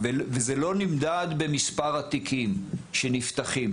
וזה לא נמדד במספר התיקים שנפתחים,